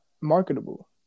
marketable